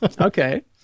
okay